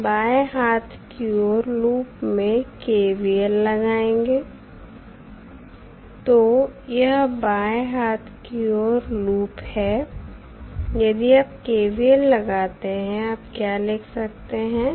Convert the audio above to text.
हम बाएं हाथ की ओर लूप में KVL लगाएंगे तो यह बाएं हाथ की ओर लूप है यदि आप KVL लगाते हैं आप क्या लिख सकते हैं